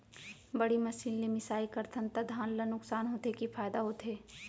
बड़ी मशीन ले मिसाई करथन त धान ल नुकसान होथे की फायदा होथे?